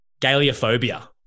Galeophobia